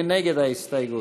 מי נגד ההסתייגות?